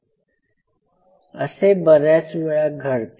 असे बऱ्याच वेळा घडते